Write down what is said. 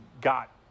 got